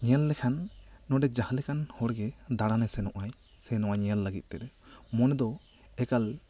ᱧᱮᱞ ᱞᱮᱠᱷᱟᱱ ᱱᱚᱸᱰᱮ ᱡᱟᱦᱟᱸ ᱞᱮᱠᱟᱱ ᱦᱚᱲ ᱜᱮ ᱫᱟᱬᱟᱱᱮ ᱥᱮᱱᱚᱜᱼᱟᱭ ᱥᱮ ᱱᱚᱣᱟᱭ ᱧᱮᱞ ᱞᱟᱹᱜᱤᱫ ᱛᱮᱫᱚ ᱢᱚᱱᱮ ᱫᱚ ᱮᱠᱟᱞ